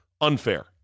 Unfair